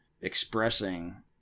expressing